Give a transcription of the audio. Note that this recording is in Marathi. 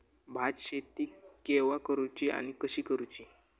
भात शेती केवा करूची आणि कशी करुची?